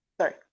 sorry